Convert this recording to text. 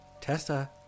Tessa